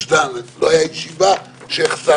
לא נעשה על זה עכשיו ויכוח,